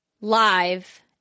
live